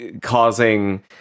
causing